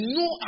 no